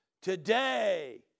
today